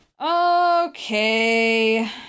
okay